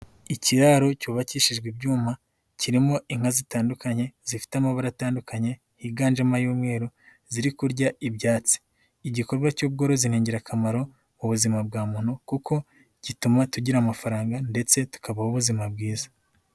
Ikiraro cyubakishijwe ibyuma kirimo inka zitandukanye zifite amabara atandukanye higanjemo ay'umweru ziri kurya ibyatsi, igikorwa cy'ubworozi ni ingirakamaro mu buzima bwa muntu kuko gituma tugira amafaranga ndetse tukabaho ubuzima bwiza.